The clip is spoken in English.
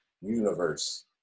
universe